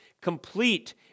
complete